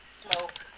smoke